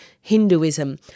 Hinduism